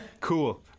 Cool